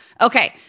Okay